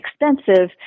expensive